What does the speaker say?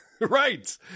Right